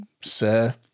sir